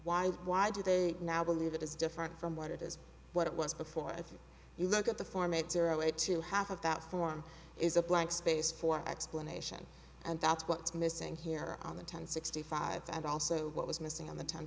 why why do they now believe it is different from what it is what it was before if you look at the four made zero eight to half of that form is a blank space for explanation and that's what's missing here on the ten sixty five and also what was missing on the ten